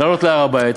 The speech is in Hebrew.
לעלות להר-הבית.